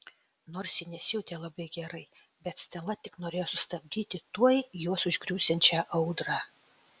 nors ji nesijautė labai gerai bet stela tik norėjo sustabdyti tuoj juos užgriūsiančią audrą